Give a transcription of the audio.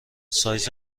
سایز